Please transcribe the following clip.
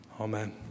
Amen